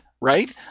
right